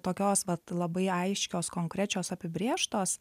tokios vat labai aiškios konkrečios apibrėžtos